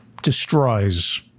destroys